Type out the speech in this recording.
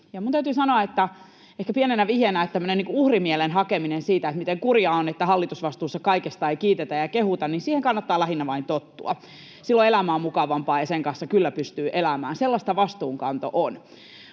minun täytyy sanoa, ehkä pienenä vihjeenä, kun on tämmöistä uhrimielen hakemista siitä, miten kurjaa on, että hallitusvastuussa kaikesta ei kiitetä ja kehuta, niin siihen kannattaa lähinnä vain tottua. Silloin elämä on mukavampaa, ja sen kanssa kyllä pystyy elämään. Sellaista vastuunkanto on.